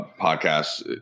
podcasts